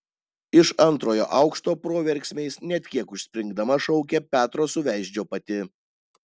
iš antrojo aukšto proverksmiais net kiek užspringdama šaukė petro suveizdžio pati